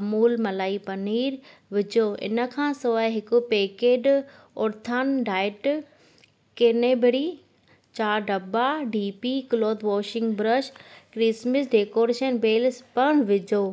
अमूल मलाई पनीर विझो इन खां सवाइ हिकु पैकेड उर्थान डाइट केनेबरी चारि डब्बा D P cloth washing brush Christmas decoration bell पिणि विझो